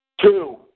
Two